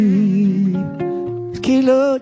Kilo